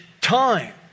Time